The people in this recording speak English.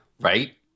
Right